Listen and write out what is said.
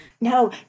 No